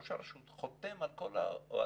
ראש הרשות חותם על כך.